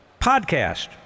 podcast